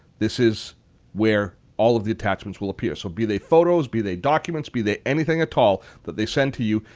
this is where all of the attachments appear. so be they photos, be they documents, be they anything at all that they send to you,